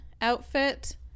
outfit